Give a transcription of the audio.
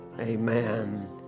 Amen